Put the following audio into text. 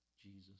Jesus